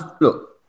look